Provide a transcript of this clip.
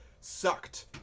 sucked